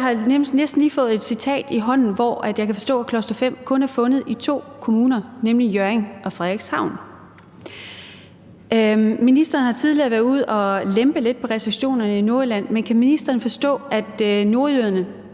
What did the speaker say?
har næsten lige fået et citat i hånden, hvoraf jeg kan forstå, at cluster-5 kun er fundet i to kommuner, nemlig Hjørring og Frederikshavn. Ministeren har tidligere været ude at lempe lidt på restriktionerne i Nordjylland, men kan ministeren forstå, at nordjyderne